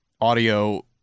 audio